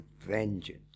vengeance